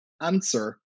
answer